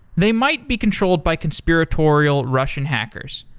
they might be controlled by conspiratorial russian hackers,